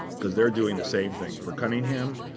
because they're doing the same thing. for cunningham,